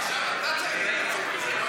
עכשיו אתה צריך להתנצל,